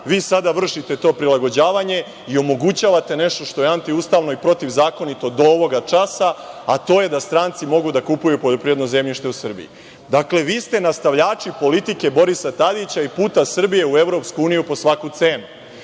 vi sada vršite to prilagođavanje i omogućavate nešto što je antiustavno i protivzakonito do ovoga časa, a to je da stranci mogu da kupuju poljoprivredno zemljište u Srbiji. Dakle, vi ste nastavljači politike Borisa Tadića i puta Srbije u EU po svaku cenu